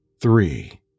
three